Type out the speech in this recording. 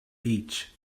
beach